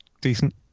decent